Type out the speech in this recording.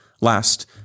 Last